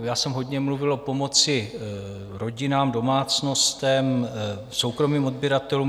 Já jsem hodně mluvil o pomoci rodinám, domácnostem, soukromým odběratelům.